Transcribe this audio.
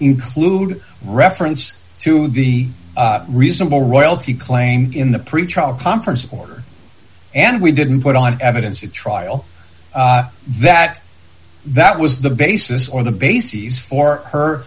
include reference to the reasonable royalty claim in the pretrial conference for and we didn't put on evidence at trial that that was the basis or the bases for her